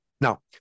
Now